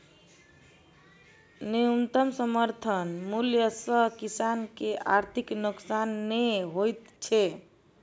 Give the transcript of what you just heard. न्यूनतम समर्थन मूल्य सॅ किसान के आर्थिक नोकसान नै होइत छै